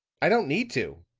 i don't need to,